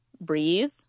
breathe